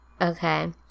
Okay